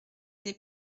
des